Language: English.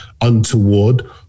untoward